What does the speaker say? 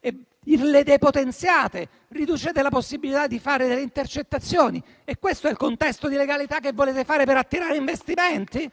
le depotenziate, riducete la possibilità di fare delle intercettazioni. Questo è il contesto di legalità che volete creare per attirare investimenti?